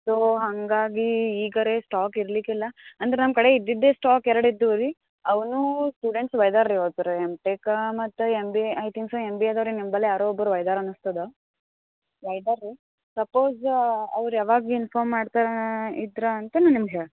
so ಹಾಗಾಗಿ ಈಗಾರೆ stock ಇರಲಿಕ್ಕಿಲ್ಲ ಅಂದ್ರೆ ನಮ್ಮ ಕಡೆ ಇದ್ದಿದೆ ಸ್ಟಾಕ್ ಎರಡು ಇದ್ದೀವಿ ರೀ ಅವನೂ ಸ್ಟೂಡೆಂಟ್ಸ್ ಒಯ್ದರೆ ರೀ ಇವತ್ತು ಎಮ್ ಟೆಕ್ಕಾ ಮತ್ತು M B A I thinks M B ಎದವ್ರು ಏನು ನಂಬಳಿ ಯಾರೋ ಒಬ್ರು ಒಯ್ದರು ಅನ್ನಿಸ್ತದೆ ಒಯ್ದರೆ ರೀ ಸಪೋಸ್ ಅವ್ರು ಯಾವಾಗ ಇನ್ಫೋರ್ಮ್ ಮಾಡ್ತಾರೆ ಇದರ ಅಂತಲೂ ನಾನು ನಿಮ್ಗೆ ಹೇಳಿ